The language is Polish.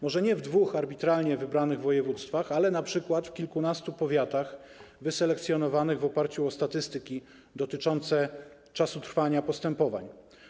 Może nie w dwóch arbitralnie wybranych województwach, ale np. w kilkunastu powiatach wyselekcjonowanych w oparciu o statystyki dotyczące czasu trwania postępowań.